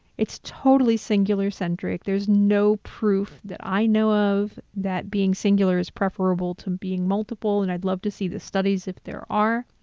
it's totally singular centric. there's no proof that i know of that being singular is preferable to being multiple. and i'd love to see the studies, if there are,